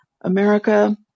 America